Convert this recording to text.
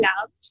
loved